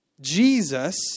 Jesus